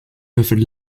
wilfred